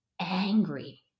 angry